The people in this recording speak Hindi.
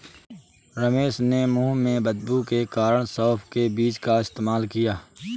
रमेश ने मुंह में बदबू के कारण सौफ के बीज का सेवन किया